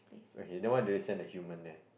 so he that one they send the human length